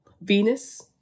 Venus